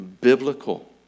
biblical